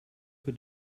für